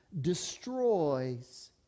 destroys